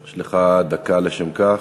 יש לך דקה לשם כך.